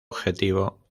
objetivo